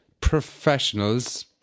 professionals